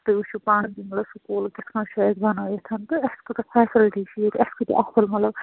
تُہۍ وٕچھِو پانہٕ تہِ مطلب سُکوٗل کِتھ کٔنۍ چھُ اَسہِ بَنٲیِتھ تہٕ اَسہِ کۭژاہ فٮ۪سلٹی چھِ ییٚتہِ اَسہِ کۭتیٛاہ اصٕل مطلب